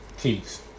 peace